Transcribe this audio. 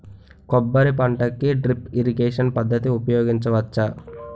కొబ్బరి పంట కి డ్రిప్ ఇరిగేషన్ పద్ధతి ఉపయగించవచ్చా?